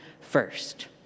first